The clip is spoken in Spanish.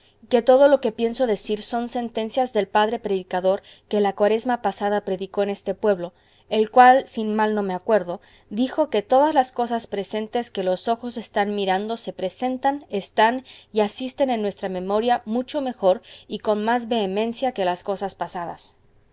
que todo lo que pienso decir son sentencias del padre predicador que la cuaresma pasada predicó en este pueblo el cual si mal no me acuerdo dijo que todas las cosas presentes que los ojos están mirando se presentan están y asisten en nuestra memoria mucho mejor y con más vehemencia que las cosas pasadas